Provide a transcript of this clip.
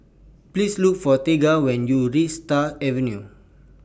Please Look For Tegan when YOU REACH Stars Avenue